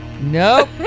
Nope